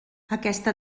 aquesta